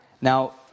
Now